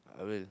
I will